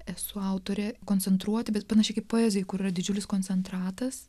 esu autorė koncentruoti bet panašiai kaip poezija kur yra didžiulis koncentratas